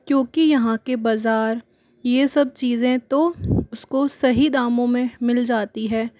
क्योंकि यहाँ के बाजार ये सब चीजें तो उसको सही दामों में मिल जाती हैं